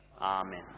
Amen